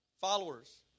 Followers